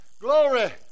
glory